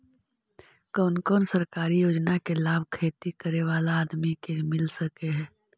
कोन कोन सरकारी योजना के लाभ खेती करे बाला आदमी के मिल सके हे?